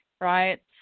right